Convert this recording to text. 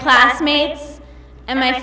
classmates and my